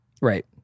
Right